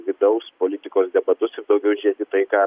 vidaus politikos debatus ir daugiau žiūrėt į tai ką